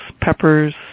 peppers